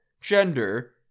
gender